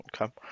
Okay